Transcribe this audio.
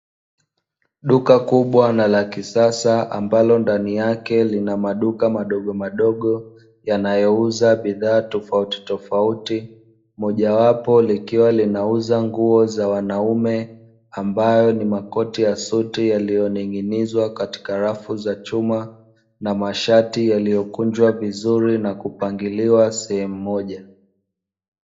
Duka kubwa na la kisasa ambalo ndani yake lina maduka madogomadogo yanayouza bidhaa tofauti tofauti. Mojawapo likiwa linauza nguo za wanaume ambayo ni makoti ya suti yaliyoning'inizwa katika rafu za chuma na mashati yaliyokunjwa vizuri na kupangiliwa sehemu moja.